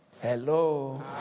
Hello